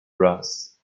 brass